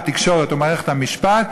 התקשורת ומערכת המשפט,